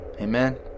Amen